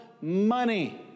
money